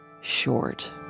short